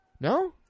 No